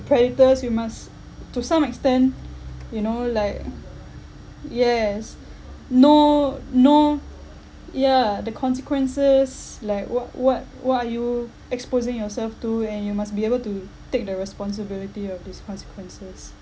predators we must to some extent you know like yes no no yeah the consequences like what what what are you exposing yourself to and you must be able to take the responsibility of these consequences